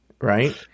right